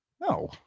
No